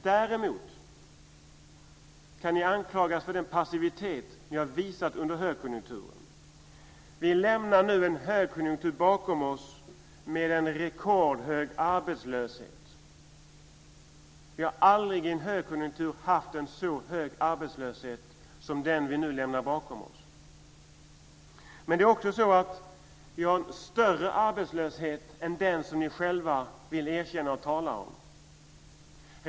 Däremot kan ni anklagas för den passivitet som ni visat under högkonjunkturen. Vi lämnar nu en högkonjunktur bakom oss med en rekordhög arbetslöshet. Vi har aldrig i en högkonjunktur haft en så hög arbetslöshet som den vi nu lämnar bakom oss. Det är också så att vi har en arbetslöshet som är större än vad ni själva vill erkänna och tala om.